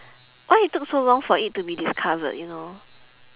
why it took so long for it to be discovered you know